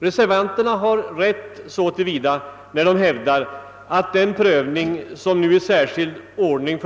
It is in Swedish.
Reservanterna har rätt när de hävdar att den prövning som nu företas i särskild ordning